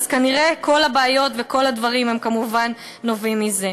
אז כנראה כל הבעיות וכל הדברים כמובן נובעים מזה.